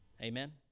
amen